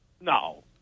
No